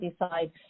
decide